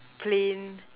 plain